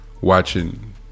Watching